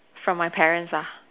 from my parents ah